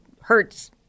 hurts